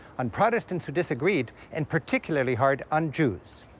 on protestants who disagreed, and particularly hard on jews.